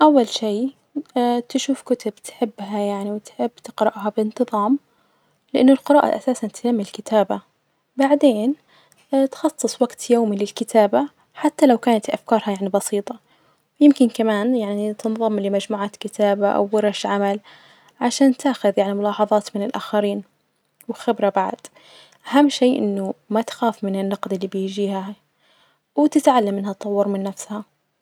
أول شئ تشوف كتب تحبها يعني وتحب تقرأها بانتظام، لأن القراءة أساسا تهم الكتابة، بعدين تخصص وجت يومي للكتابة حتي لو كانت أفكارها يعني بسيطة ويمكن كمان يعني تنظم لمجموعات كتابة أو ورش عمل عشان تاخذ يعني ملاحظات من الآخرين، وخبرة بعد أهم شئ أنه ما تخاف من النقد اللي بيجيها ،وتسعي إنها تطور من نفسها.